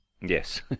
yes